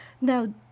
now